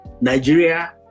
Nigeria